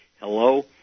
Hello